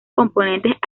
componentes